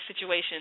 situation